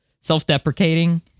self-deprecating